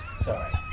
Sorry